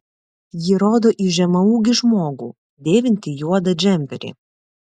ji rodo į žemaūgį žmogų dėvintį juodą džemperį